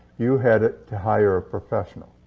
you had to hire a professional.